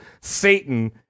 Satan